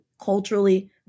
culturally